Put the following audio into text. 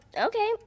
okay